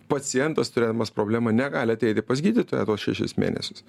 pacientas turėdamas problemą negali ateiti pas gydytoją tuos šešis mėnesius